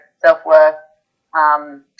self-worth